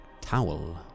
towel